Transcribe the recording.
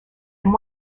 and